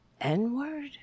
N-word